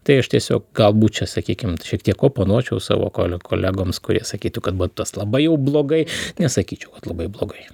tai aš tiesiog galbūt čia sakykim šiek tiek oponuočiau savo ko kolegoms kurie sakytų kad batutas labai jau blogai nesakyčiau kad labai blogai